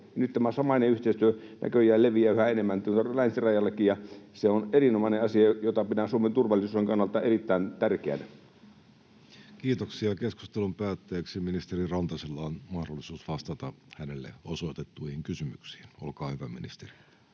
Nyt tämä samainen yhteistyö näköjään leviää yhä enemmän tuonne länsirajallekin, ja se on erinomainen asia, jota pidän Suomen turvallisuuden kannalta erittäin tärkeänä. Kiitoksia. — Keskustelun päätteeksi ministeri Rantasella on mahdollisuus vastata hänelle osoitettuihin kysymyksiin. — Olkaa hyvä, ministeri.